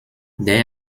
they